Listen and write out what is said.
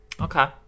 Okay